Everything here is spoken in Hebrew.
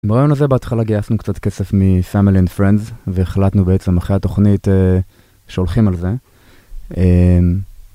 ברעיון הזה בהתחלה גייסנו קצת כסף מ family and friends והחלטנו בעצם אחרי התוכנית שהולכים על זה.